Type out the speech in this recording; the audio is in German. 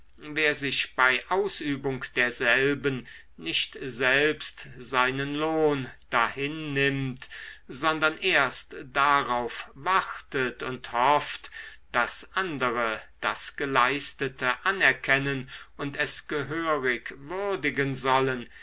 wer sich bei ausübung derselben nicht selbst seinen lohn dahinnimmt sondern erst darauf wartet und hofft daß andere das geleistete anerkennen und es gehörig würdigen sollen